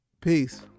peace